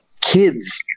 kids